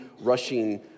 rushing